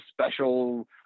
special